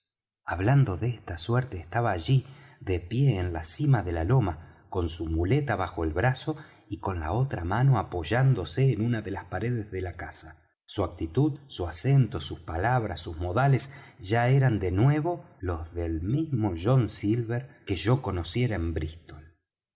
hablando de esta suerte estaba allí de pie en la cima de la loma con su muleta bajo el brazo y con la otra mano apoyándose en una de las paredes de la casa su actitud su acento sus palabras sus modales ya eran de nuevo los del mismo john silver que yo conociera en brístol